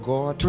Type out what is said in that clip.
God